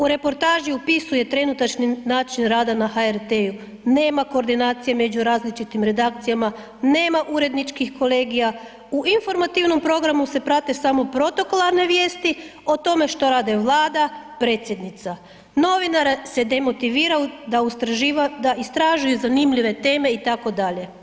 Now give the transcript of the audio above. U reportaži opisuje trenutačni način rada na HRT-u, nema koordinacije među različitim redakcijama, nema uredničkih kolegija, u informativnom programu se prate samo protokolarne vijesti o tome što rade Vlada, predsjednica, novinare se demotivira da istražuju zanimljive teme itd.